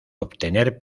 obtener